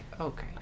Okay